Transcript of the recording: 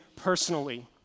personally